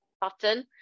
button